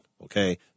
Okay